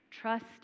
trust